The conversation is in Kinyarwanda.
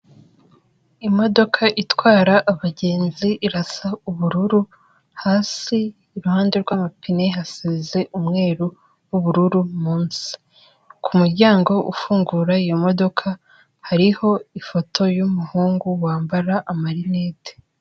Imodoka itwara abagenzi irasa ubururu, hasi iruhande rw'amapine hasize umweru n'ubururu munsi. Ku muryango ufungura iyo modoka hariho ifoto y'umuhungu wambara marineti.